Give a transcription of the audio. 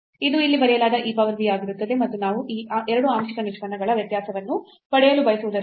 ಇದು ಇಲ್ಲಿ ಬರೆಯಲಾದ e power v ಆಗಿರುತ್ತದೆ ಮತ್ತು ನಾವು ಈ 2 ಆಂಶಿಕ ನಿಷ್ಪನ್ನಗಳ ವ್ಯತ್ಯಾಸವನ್ನು ಪಡೆಯಲು ಬಯಸುವುದರಿಂದ